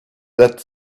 that